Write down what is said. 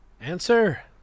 Answer